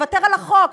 לוותר על החוק.